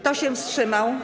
Kto się wstrzymał?